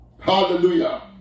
Hallelujah